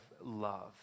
love